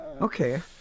Okay